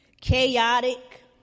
chaotic